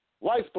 life